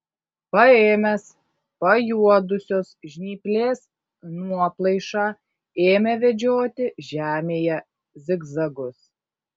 paėmęs pajuodusios žnyplės nuoplaišą ėmė vedžioti žemėje zigzagus